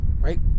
right